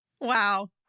Wow